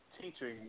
teaching